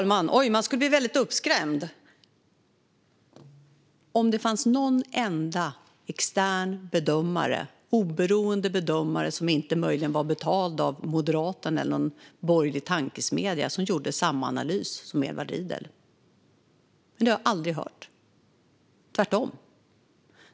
Fru talman! Oj, man skulle bli väldigt uppskrämd om det fanns någon enda extern, oberoende bedömare, som inte var betald av Moderaterna eller någon borgerlig tankesmedja, som gör samma analys som Edward Riedl. Men det har jag aldrig hört - tvärtom!